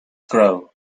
grow